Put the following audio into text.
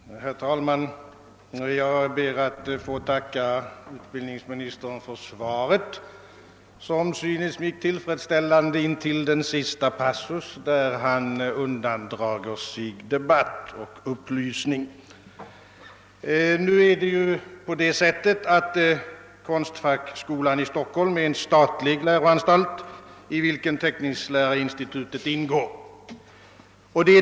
Herr talman! Jag ber att få tacka utbildningsministern för svaret, som synes mig tillfredsställande in till dess sista passus, där utbildningsministern undandrar sig debatt och upplysning. Konstfackskolan i Stockholm är en statlig läroanstalt, i vilken teckningslärarinstitutet ingår.